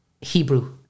Hebrew